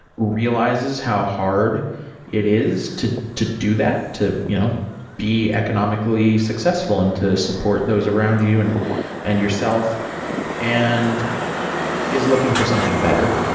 realizes how hard it is to to do that to you know be economically successful and to support those around you and and yourself and is looking for something better.